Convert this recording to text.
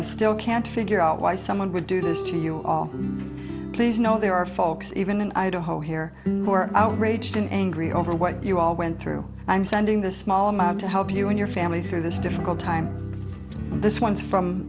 i still can't figure out why someone would do this to you please know there are folks even in idaho here who are outraged and angry over what you all went through i'm sending this small amount to help you and your family through this difficult time this one's from